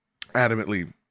adamantly